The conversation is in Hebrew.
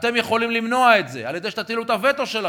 אתם יכולים למנוע את זה אם תטילו את הווטו שלכם,